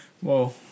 whoa